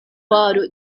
oro